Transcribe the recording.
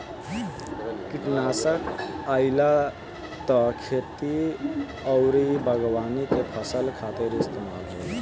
किटनासक आइसे त खेती अउरी बागवानी के फसल खातिर इस्तेमाल होला